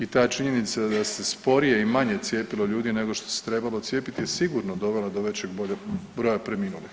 I ta činjenica da se sporije i manje cijepilo ljudi nego što se trebalo cijepiti je sigurno dovela do većeg broja preminulih.